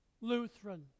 Lutheran